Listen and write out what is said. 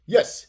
Yes